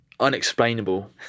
unexplainable